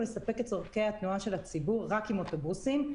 לספק את צורכי התנועה של הציבור רק עם אוטובוסים,